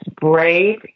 brave